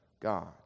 God